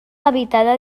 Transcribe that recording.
habitada